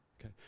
Okay